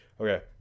Okay